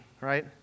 right